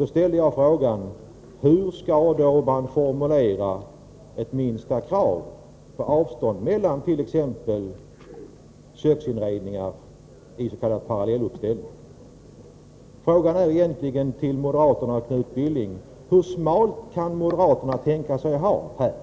Då ställde jag frågan: Hur skall man då formulera ett minsta krav t.ex. beträffande avstånd mellan köksinredningar i s.k. parallelluppställning? Frågan till moderaterna och Knut Billing är egentligen: Hur smalt avsnitt kan moderaterna tänka sig att ha här?